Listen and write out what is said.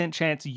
chance